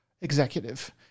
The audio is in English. executive